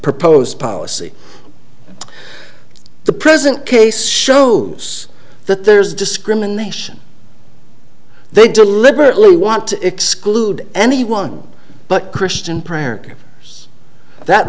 propose policy the present case shows that there's discrimination they deliberately want to exclude anyone but christian